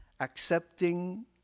Accepting